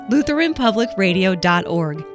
LutheranPublicRadio.org